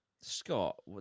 Scott